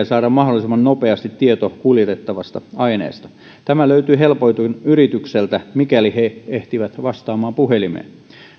saada mahdollisimman nopeasti tieto kuljetettavasta aineesta tämä löytyy helpoiten yritykseltä mikäli he ehtivät vastaamaan puhelimeen